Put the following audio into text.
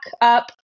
up